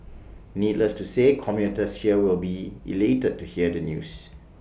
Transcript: needless to say commuters here will be elated to hear the news